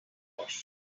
wash